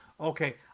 okay